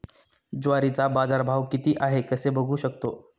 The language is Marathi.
ज्वारीचा बाजारभाव किती आहे कसे बघू शकतो?